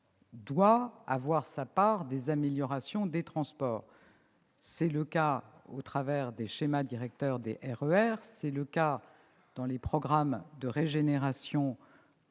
doit avoir sa part des améliorations des transports. C'est le cas, par les schémas directeurs des RER, dans les programmes de régénération